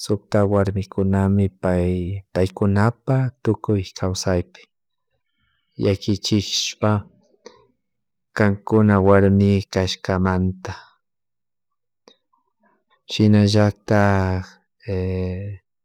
sukta warmikunami paykunapak tukuy kawsaypi llakichsihpa kankuna warmi kashkamanta shinallatak